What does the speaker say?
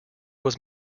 was